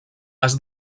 has